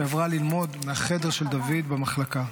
ועברה ללמוד מהחדר של דוד במחלקה.